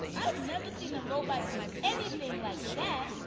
i've never seen a robot do anything like that.